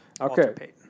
Okay